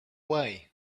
way